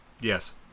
Yes